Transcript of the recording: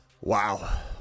Wow